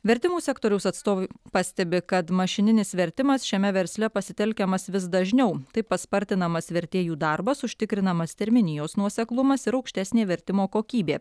vertimų sektoriaus atstovai pastebi kad mašininis vertimas šiame versle pasitelkiamas vis dažniau taip paspartinamas vertėjų darbas užtikrinamas terminijos nuoseklumas ir aukštesnė vertimo kokybė